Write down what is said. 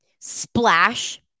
splash